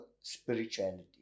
spirituality